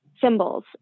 symbols